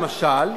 למשל,